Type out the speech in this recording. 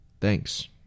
Thanks